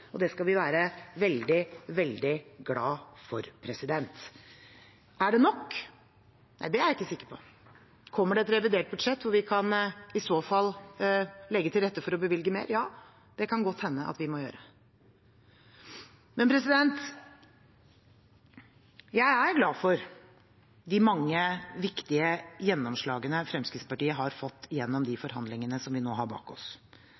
Det skal vi være veldig, veldig glade for. Er det nok? Nei, det er jeg ikke sikker på. Kommer det et revidert budsjett hvor vi i så fall kan legge til rette for å bevilge mer? Ja, det kan godt hende at vi må gjøre det. Men jeg er glad for de mange viktige gjennomslagene som Fremskrittspartiet har fått i de forhandlingene som vi nå har bak oss.